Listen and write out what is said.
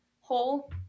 hole